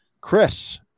Chris